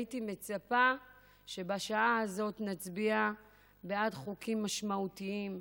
הייתי מצפה שבשעה הזאת נצביע בעד חוקים משמעותיים,